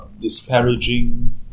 disparaging